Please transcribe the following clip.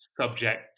subject